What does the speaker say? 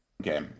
Okay